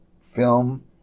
film